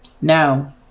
No